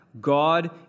God